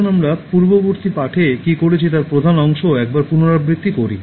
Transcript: আসুন আমরা পূর্ববর্তী পাঠে কী করেছি তার প্রধান অংশ একবার পুনরাবৃত্তি করি